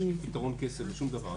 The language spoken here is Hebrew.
אין לי פתרון קסם לשום דבר,